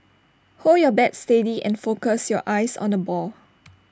hold your bat steady and focus your eyes on the ball